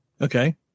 Okay